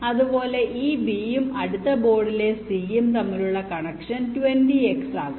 അതുപോലെ ഈ B യും അടുത്ത ബോർഡിലെ C യും തമ്മിലുള്ള കണക്ഷൻ 20X ആകാം